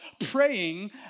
praying